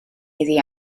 iddi